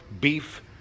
beef